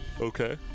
Okay